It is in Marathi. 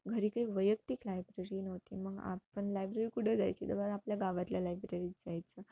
घरी काही वैयक्तिक लायब्ररी नव्हती मग आपण लायब्ररी कुठं जायची आपल्या गावातल्या लायब्ररीत जायचं